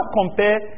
compare